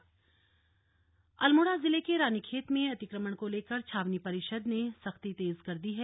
अतिक्रमण अल्मोड़ा अल्मोड़ा जिले के रानीखेत में अतिक्रमण को लेकर छावनी परीषद ने सख्ती तेज कर दी है